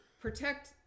protect